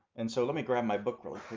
and so let me grab my book really